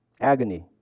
agony